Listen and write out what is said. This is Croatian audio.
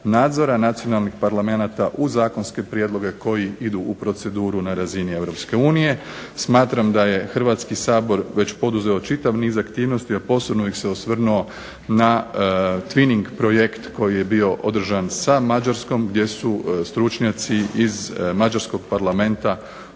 nadzora nacionalnih parlamenata u zakonske prijedloge koji idu u proceduru na razini EU. Smatram da je Hrvatski sabor poduzeo već čitav niz aktivnosti, a posebno bih se osvrnuo na Twining projekt koji je bio održan sa Mađarskom gdje su stručnjaci iz Mađarskog parlamenta